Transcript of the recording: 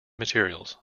materials